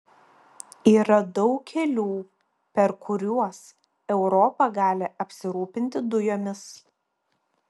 yra daug kelių per kuriuos europa gali apsirūpinti dujomis